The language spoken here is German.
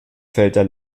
felder